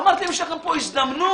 אמרתי להם, יש לכם פה הזדמנות